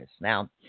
Now